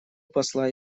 посла